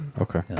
Okay